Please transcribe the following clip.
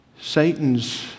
Satan's